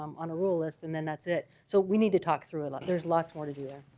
um on a rule list and then that's it so we need to talk through a lot. there's lots more to do there